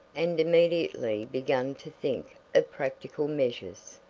and immediately began to think of practical measures.